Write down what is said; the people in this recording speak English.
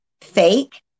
fake